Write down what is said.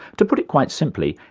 to put it quite simply,